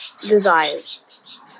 desires